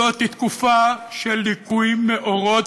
זוהי תקופה של ליקוי מאורות,